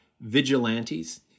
vigilantes